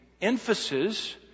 emphasis